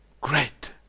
Great